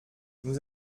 nous